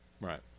right